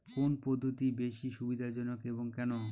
কোন পদ্ধতি বেশি সুবিধাজনক এবং কেন?